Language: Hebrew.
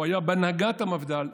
הוא היה בהנהגת המפד"ל,